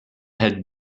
had